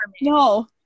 No